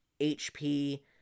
hp